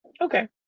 okay